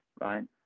right